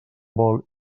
vol